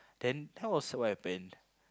then how was what happen